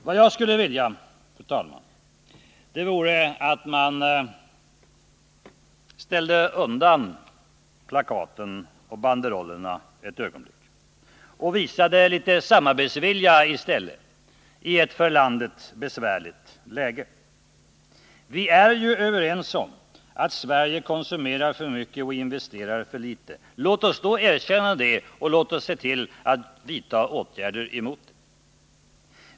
Vad jag skulle vilja, fru talman, det vore att man ställde undan plakaten och banderollerna ett ögonblick och visade litet samarbetsvilja i stället i ett för landet besvärligt läge. Vi är ju överens om att Sverige konsumerar för mycket och investerar för litet. Låt oss då erkänna det och låt oss se till att vidta åtgärder emot det.